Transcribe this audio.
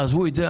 תעזבו את זה,